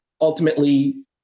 ultimately